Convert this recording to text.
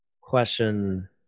Question